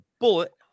bullet